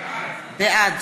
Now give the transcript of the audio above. בעד